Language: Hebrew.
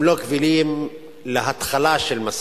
הם לא קבילים להתחלה של משא-ומתן.